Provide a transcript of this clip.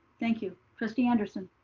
thank you, trustee anderson.